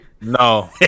No